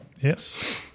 Yes